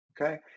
okay